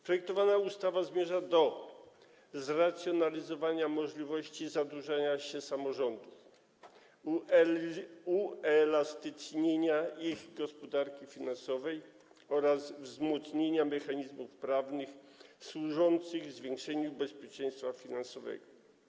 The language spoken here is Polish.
Projektowana ustawa zmierza do zracjonalizowania możliwości zadłużania się samorządów, uelastycznienia ich gospodarki finansowej oraz wzmocnienia mechanizmów prawnych służących zwiększeniu bezpieczeństwa finansowego.